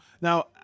Now